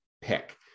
pick